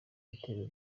ibitero